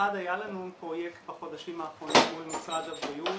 היה לנו פרויקט בחודשים האחרונים מול משרד הבריאות,